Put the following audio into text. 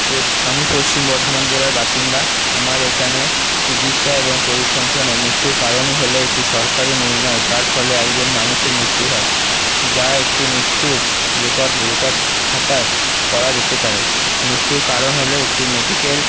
পশ আমি পশ্চিম বর্ধমান জেলার বাসিন্দা আমার এখানে চিকিৎসা এবং পরিসংসানে মৃত্যুর কারণই হলো একটি সরকারি নির্ণয় যার ফলে একজন মানুষের মৃত্যু হয় যা একটি মৃত্যুর রেকর্ড রেকর্ড খাতায় করা যেতে পারে মৃত্যুর কারণ হলো একটি মেডিক্যাল